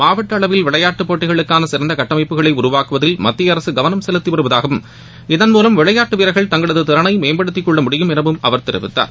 மாவட்ட அளவில் விளையாட்டு போட்டிக்களுக்கான சிறந்த கட்டமைப்புகளை உருவாக்குவதில் மத்திய அரசு கவனம் செலுத்தி வருவதாகவும் இதன் மூலம் விளையாட்டு வீரர்கள் தங்களது திறனை மேம்படுத்தி கொள்ள முடியும் என அவர் தெரிவித்தார்